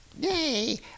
Nay